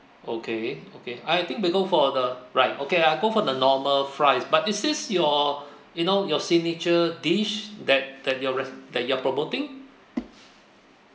okay okay I think we go for the right okay I go for the normal fries but is this your you know your signature dish that that you're re~ that you're promoting